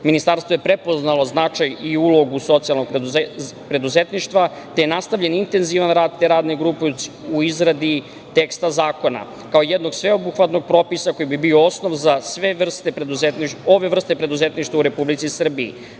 Ministarstvo je prepoznalo značaj i ulogu socijalnog preduzetništva, te je nastavljen intenzivan rad te Radne grupe u izradi teksta zakona, kao jednog sveobuhvatnog propisa koji bi bio osnov za sve ove vrste preduzetništva u Republici Srbiji.